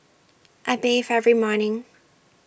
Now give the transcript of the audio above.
I bathe every morning